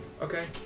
Okay